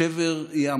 אי-אפשר יהיה לתקן את זה.